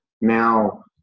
now